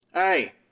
Hey